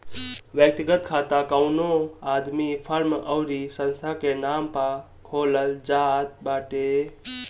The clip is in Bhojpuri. व्यक्तिगत खाता कवनो आदमी, फर्म अउरी संस्था के नाम पअ खोलल जात बाटे